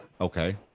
Okay